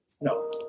No